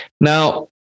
Now